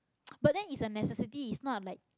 but then it's a necessity it's not like